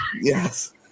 Yes